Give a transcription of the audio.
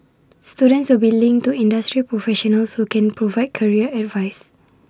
students will be linked to industry professionals who can provide career advice